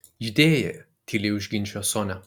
judėjė tyliai užginčijo sonia